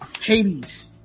Hades